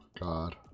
God